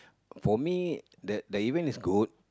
for me that that event is good